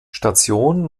station